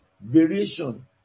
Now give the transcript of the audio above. variation